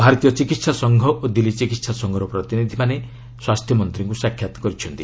ଭାରତୀୟ ଚିକିତ୍ସା ସଂଘ ଓ ଦିଲ୍ଲୀ ଚିକିତ୍ସା ସଂଘର ପ୍ରତିନିଧିମାନେ ମଧ୍ୟ ସ୍ୱାସ୍ଥ୍ୟମନ୍ତ୍ରୀଙ୍କୁ ସାକ୍ଷାତ କରିଛନ୍ତି